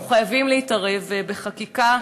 אנחנו חייבים להתערב בחקיקה,